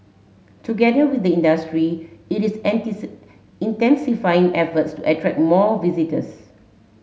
together with the industry it is intensifying efforts to attract more visitors